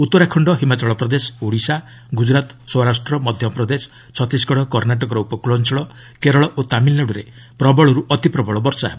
ଉତ୍ତରାଖଣ୍ଡ ହିମାଚଳ ପ୍ରଦେଶ ଓଡ଼ିଶା ଗ୍ରଜ୍ରରାତ୍ ସୌରାଷ୍ଟ୍ର ମଧ୍ୟପ୍ରଦେଶ ଛତିଶଗଡ଼ କର୍ଷ୍ଣାଟକର ଉପକୃଳ ଅଞ୍ଚଳ କେରଳ ଓ ତାମିଲ୍ନାଡୁରେ ପ୍ରବଳରୁ ଅତି ପ୍ରବଳ ବର୍ଷା ହେବ